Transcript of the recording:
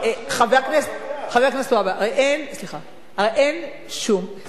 חבר הכנסת והבה, אין שום הסדר.